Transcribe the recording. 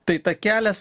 tai ta kelias